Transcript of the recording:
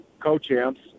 co-champs